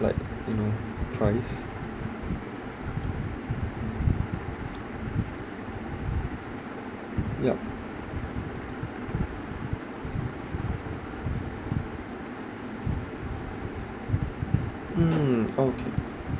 like you know price yup mm okay